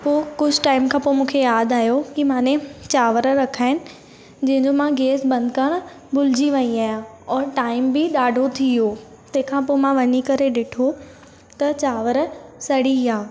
पोइ कुझु टाइम खां पोइ मूंखे यादि आयो की माने चांवर रखा आहिनि जंहिंजो मां गेस बंदि करण भुलजी वई आहियां और टाइम बि ॾाढो थी वियो तंहिंखां पोइ मां वञी करे डिठो त चांवर सड़ी विया